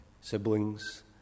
siblings